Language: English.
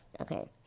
okay